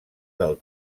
del